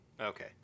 Okay